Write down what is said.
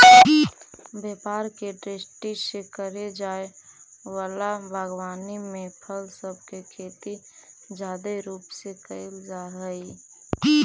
व्यापार के दृष्टि से करे जाए वला बागवानी में फल सब के खेती जादे रूप से कयल जा हई